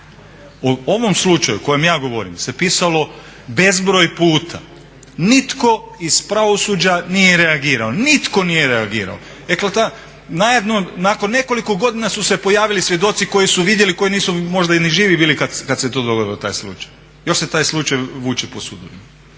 O ovom slučaju o kojem ja govorim se pisalo bezbroj puta, nitko iz pravosuđa nije reagirao, nitko nije reagirao. Nakon nekoliko godina su se pojavili svjedoci koji su vidjeli, koji nisu možda ni živi bili kad se to dogodilo, taj slučaj. Još se taj slučaj vuče po sudovima.